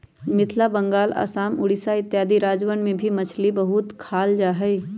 मिथिला बंगाल आसाम उड़ीसा इत्यादि राज्यवन में भी मछली बहुत खाल जाहई